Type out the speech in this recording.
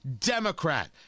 Democrat